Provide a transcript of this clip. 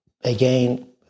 again